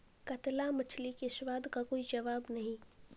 कतला मछली के स्वाद का कोई जवाब नहीं